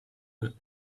the